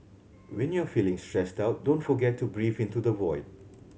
when you are feeling stressed out don't forget to breathe into the void